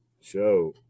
show